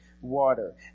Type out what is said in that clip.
water